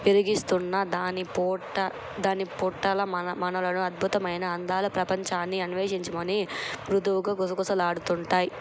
పెరిగిస్తున్న దాని పొట్టల మనలను అద్భుతమైన అందాల ప్రపంచాన్ని అన్వేషించమని మృదువుగా గుసగుసలాడుతుంటాయి